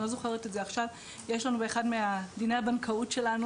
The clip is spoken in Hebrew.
אני לא זוכרת את זה עכשיו אבל יש לנו באחד מדיני הבנקאות שלנו